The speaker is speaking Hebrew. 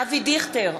אבי דיכטר,